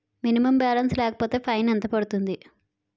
Minimum balance లేకపోతే fine ఎంత పడుతుంది?